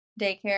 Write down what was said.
daycare